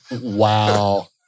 Wow